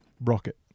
rocket